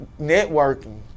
networking